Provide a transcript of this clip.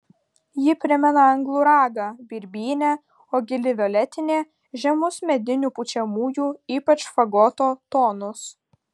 ji primena anglų ragą birbynę o gili violetinė žemus medinių pučiamųjų ypač fagoto tonus